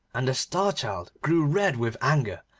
and the star-child grew red with anger,